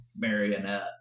Marionette